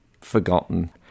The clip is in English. forgotten